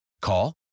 Call